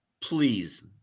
please